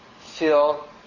feel